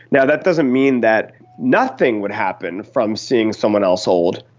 yeah that doesn't mean that nothing would happen from seeing someone else old,